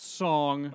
song